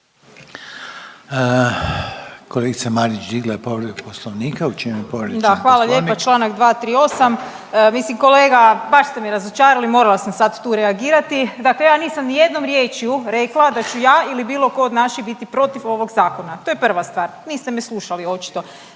Kolegica Marić digla je povredu Poslovnika. U čemu je povrijeđen Poslovnik? **Marić, Andreja (SDP)** Da, hvala lijepa. Čl. 238. Mislim kolega baš ste me razočarali, morala sam sad tu reagirati. Dakle ja nisam ni jednom riječju rekla da ću ja ili bilo tko od naših biti protiv ovog zakona. To je prva stvar. Niste me slušali očito.